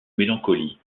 mélancolie